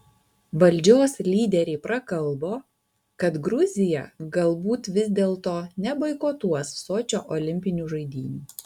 valdžios lyderiai prakalbo kad gruzija galbūt vis dėlto neboikotuos sočio olimpinių žaidynių